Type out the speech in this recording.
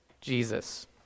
Jesus